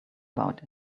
about